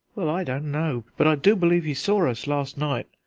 well, i don't know, but i do believe he saw us last night,